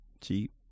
Cheap